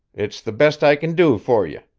it's the best i can do fer ye.